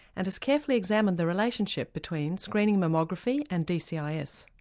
and has carefully examined the relationship between screening mammography and dcis.